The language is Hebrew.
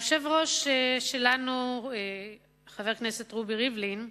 היושב-ראש שלנו, חבר הכנסת רובי ריבלין,